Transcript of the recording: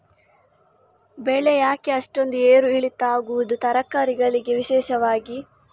ಬೆಳೆ ಯಾಕೆ ಅಷ್ಟೊಂದು ಏರು ಇಳಿತ ಆಗುವುದು, ತರಕಾರಿ ಗಳಿಗೆ ವಿಶೇಷವಾಗಿ?